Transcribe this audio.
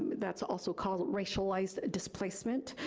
that's also called racialized displacement,